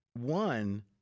One